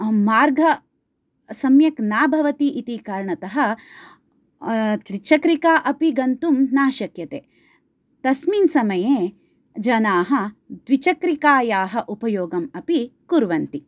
मार्गः सम्यक् न भवति इति कारणतः त्रिचक्रिका अपि गन्तुं न शक्यते तस्मिन् समये जनाः द्विचक्रिकायाः उपयोगम् अपि कुर्वन्ति